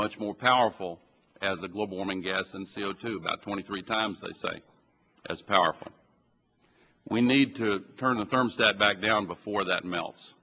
much more powerful as a global warming gas and c o two that twenty three times i say as powerful we need to turn the thermostat back down before that melts